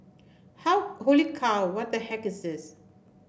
how holy cow what the heck is this